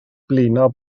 blino